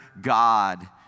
God